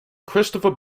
christopher